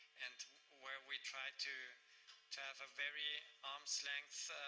and where we try to to have a very arm's length